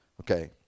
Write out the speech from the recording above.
Okay